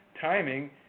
timing